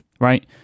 Right